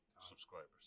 subscribers